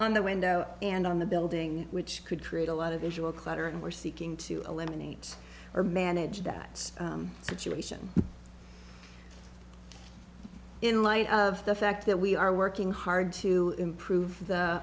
on the window and on the building which could create a lot of issue of clutter and we're seeking to eliminate or manage that situation in light of the fact that we are working hard to improve the